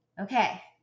Okay